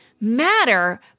matter